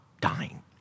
dying